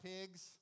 pigs